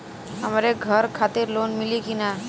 हमरे घर खातिर लोन मिली की ना?